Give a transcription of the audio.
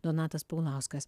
donatas paulauskas